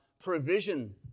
provision